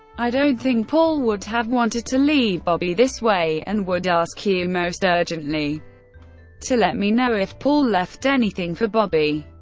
i don't think paul would have wanted to leave bobby this way and would ask you most urgently to let me know if paul left anything for bobby.